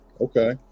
Okay